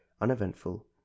uneventful